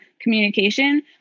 communication